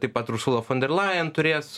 taip pat ursula fo der lajen turės